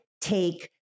take